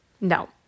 No